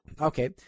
Okay